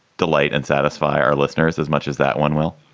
delight and satisfy our listeners as much as that one will?